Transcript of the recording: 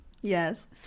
Yes